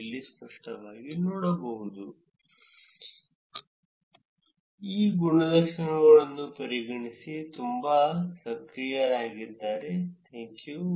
ಆದ್ದರಿಂದ ಸ್ಪಷ್ಟವಾಗಿ ಎಲ್ಲಾ ಮೂರು ವಿತರಣೆಗಳು ಹೆವಿ ಟೈಲ್ಡ್ ನಾನು ಈಗ ಹೇಳಿದ್ದೇನೆ ಇದು ಸಾಮಾಜಿಕ ಮಾಧ್ಯಮವನ್ನು ನೋಡುವ ಡೇಟಾ ಏಕೆಂದರೆ ಹೆಚ್ಚಿನ ಬಳಕೆದಾರರು ಕೆಲವು ಮೇಯರ್ಶಿಪ್ಗಳನ್ನು ಹೊಂದಿರುತ್ತಾರೆ ಆದರೆ ಕೆಲವು ಬಳಕೆದಾರರು ಈ ಗುಣಲಕ್ಷಣಗಳನ್ನು ಪರಿಗಣಿಸಿ ತುಂಬಾ ಸಕ್ರಿಯರಾಗಿದ್ದಾರೆ ಥ್ಯಾಂಕ್ಯು